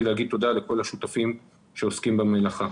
לומר תודה לכל השותפים שעוסקים במלאכה.